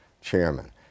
Chairman